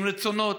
עם רצונות,